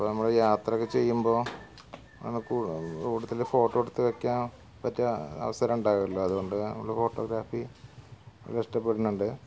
അപ്പോൾ നമ്മൾ യാത്രയൊക്കെ ചെയ്യുമ്പൊൾ നമുക്ക് ഇവിടത്തൊരു ഫോട്ടോ എടുത്തു വെക്കാം മറ്റ് അവസരം ഉണ്ടാവില്ലല്ലോ അതുകൊണ്ട് നമ്മൾ ഫോട്ടോഗ്രാഫീ ഇഷ്ടപ്പെടുന്നുണ്ട്